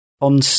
on